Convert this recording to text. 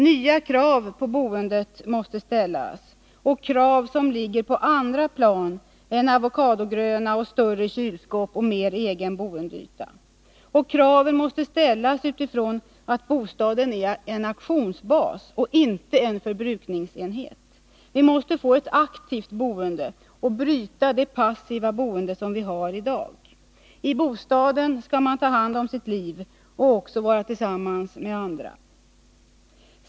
Nya krav på boendet måste ställas, krav som ligger på andra plan än avocadogröna och större kylskåp samt mer egen boendeyta. Kraven måste ställas utifrån att bostaden är en aktionsbas och inte en förbrukningsenhet. Vi måste få ett aktivt boende och bryta det passiva boende som vii dag har. I bostaden skall man ta hand om sitt liv och vara tillsammans med andra.